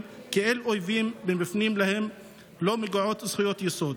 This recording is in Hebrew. כאל אויבים מבפנים שלא מגיעות להם זכויות יסוד.